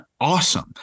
awesome